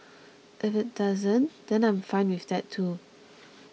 if it doesn't then I'm fine with that too